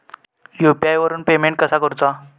UPI वरून payment कसा करूचा?